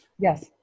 Yes